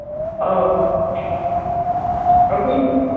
ꯑꯧ ꯑꯩꯈꯣꯏ